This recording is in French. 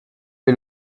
est